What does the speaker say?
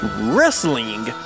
wrestling